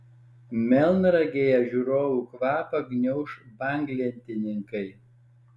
melnragėje žiūrovų kvapą gniauš banglentininkai